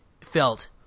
felt